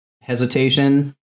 hesitation